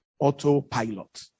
autopilot